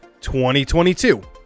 2022